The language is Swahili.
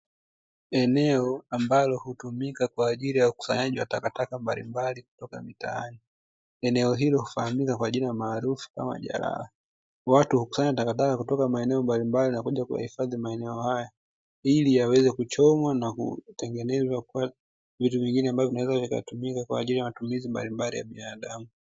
Eneo ambalo hutumika kwa ajili ya ukusanyaji wa takataka mbalimbali kutoka mitaani, eneo hilo hufahamika kwa jina maarufu kama jalala watu hukusanya takataka kutoka maeneo mbalimbali na kuja kuyahifadhi maeneo haya ili yaweze kuchomwa na kutengenezwa kuwa vitu vingine ambavyo vinaweza kutumika katika matumizi mbalimbali ya binadamu.